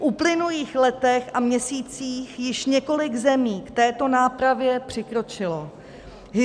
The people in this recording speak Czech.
V uplynulých letech a měsících již několik zemí k této nápravě přikročilo.